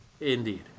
Indeed